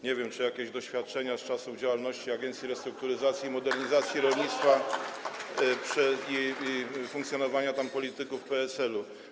Nie wiem, czy to jakieś doświadczenia z czasów działalności Agencji Restrukturyzacji i Modernizacji Rolnictwa i funkcjonowania tam polityków PSL?